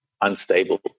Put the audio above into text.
unstable